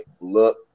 look